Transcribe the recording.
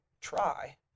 try